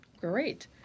Great